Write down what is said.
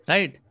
Right